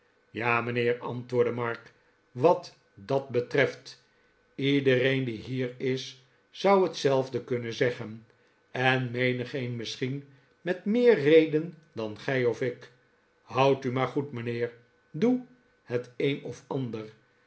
ja mijnheer antwoordde mark wat dat betreft iedereen die hier is zpu hetzelfde kunnen zeggen en menigeen misschien met meer reden dan gij of ik houd u maar goed mijnheer doe het een of ander